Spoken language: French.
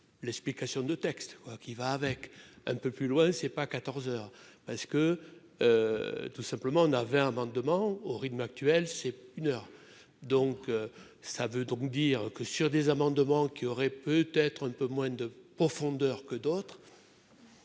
l'explication de texte, voilà qui va avec un peu plus loin c'est pas 14 heures parce que tout simplement on avait un amendement au rythme actuel, c'est une heure donc, ça veut donc dire que sur des amendements qui aurait peut-être un peu moins de profondeur que d'autres.